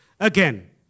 Again